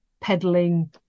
peddling